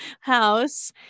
house